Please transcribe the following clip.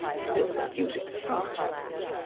still, they use it sometimes,